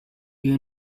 you